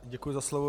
Děkuji za slovo.